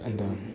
എന്താണ്